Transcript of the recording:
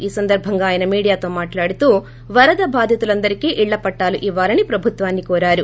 ఈ సందర్బంగా మీడియాతో మాట్లాడుతూ వరద బాధితులందరికీ ఇళ్ల పట్టాలు ఇవ్వాలని ప్రభుత్వాన్ని కోరారు